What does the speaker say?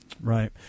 Right